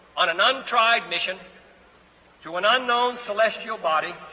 on an untried mission to an unknown celestial body,